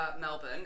Melbourne